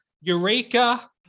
Eureka